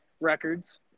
records